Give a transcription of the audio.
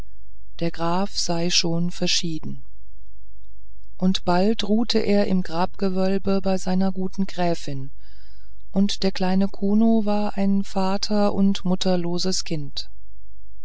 der graf sei schon verschieden und bald ruhte er im grabgewölbe bei seiner guten gräfin und der kleine kuno war ein vater und mutterloses kind